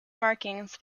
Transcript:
markings